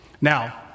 Now